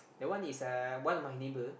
that one is uh one of my neighbour